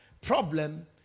problem